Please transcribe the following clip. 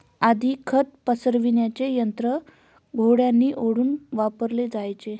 आधी खत पसरविण्याचे यंत्र घोड्यांनी ओढून वापरले जायचे